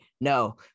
No